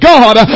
God